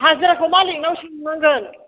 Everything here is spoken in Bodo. हाजिराखौ मालिकनाव सोंनांगोन